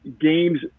games